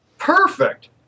Perfect